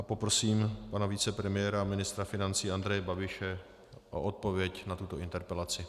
Poprosím pana vicepremiéra a ministra financí Andreje Babiše o odpověď na tuto interpelaci.